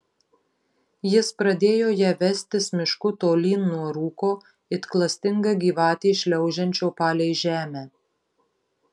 jis pradėjo ją vestis mišku tolyn nuo rūko it klastinga gyvatė šliaužiančio palei žemę